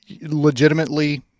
legitimately